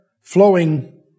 flowing